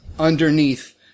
underneath